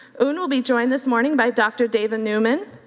un will be joined this morning by dr. david newman,